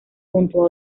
junto